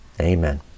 Amen